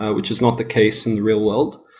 ah which is not the case in the real world,